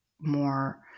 more